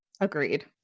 Agreed